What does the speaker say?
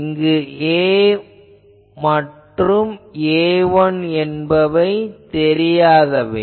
இங்கு A மற்றும் A1 என்பவை தெரியாதவை